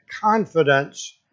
confidence